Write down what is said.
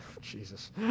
jesus